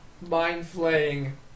mind-flaying